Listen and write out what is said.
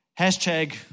Hashtag